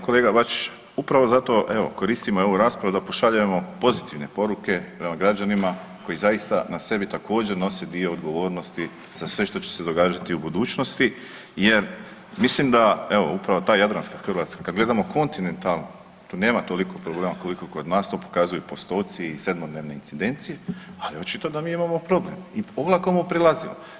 Kolega Bačić upravo zato evo koristimo i ovu raspravu da pošaljemo pozitivne poruke prema građanima koji zaista na sebi također nose dio odgovornosti za sve što će se događati u budućnosti jer mislim da evo upravo ta jadranska Hrvatska, kad gledamo kontinentalno tu nema toliko problema koliko pod nas, to pokazuju postoci i sedmodnevne incidencije, ali očito da mi imamo problem i olako mu prilazimo.